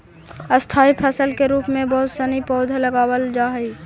स्थाई फसल के रूप में बहुत सनी पौधा लगावल जा हई